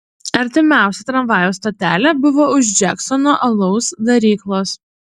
artimiausia tramvajaus stotelė buvo už džeksono alaus daryklos